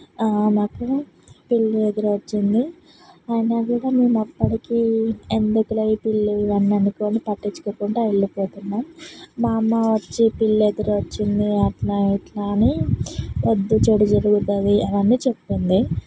నాకు పిల్లి ఎదురొచ్చింది అయినా కూడా మేము అప్పడికి ఎందుకులే ఈ పిల్లి అవన్నీ అనుకొని పట్టించుకోకుండా వెళ్ళిపోతాము మా అమ్మ వచ్చి పిల్లెదురొచ్చింది అట్లా ఇట్లా అని వద్దు చెడు జరుగుతుంది అవన్నీ చెప్పింది